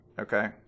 Okay